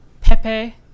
Pepe